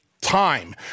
time